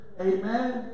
Amen